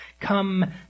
come